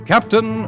Captain